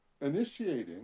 initiating